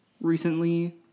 recently